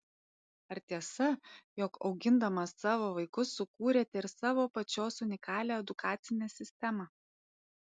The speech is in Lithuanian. ar tiesa jog augindama savo vaikus sukūrėte ir savo pačios unikalią edukacinę sistemą